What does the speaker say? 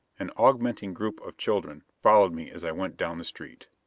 an augmenting group of children followed me as i went down the street.